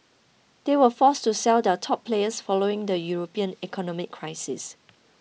they were forced to sell their top players following the European economic crisis